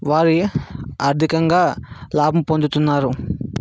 వారి ఆర్థికంగా లాభం పొందుతున్నారు